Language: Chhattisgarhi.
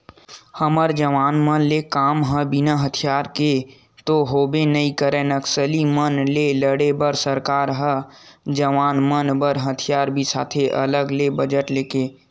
हमर जवान मन के काम ह बिना हथियार के तो होबे नइ करय नक्सली मन ले लड़े बर सरकार ह जवान मन बर हथियार बिसाथे अलगे ले बजट लेके